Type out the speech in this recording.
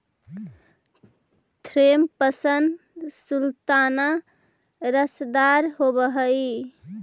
Thompson sultana रसदार होब हई